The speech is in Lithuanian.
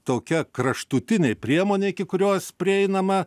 tokia kraštutinė priemonė iki kurios prieinama